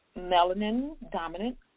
melanin-dominant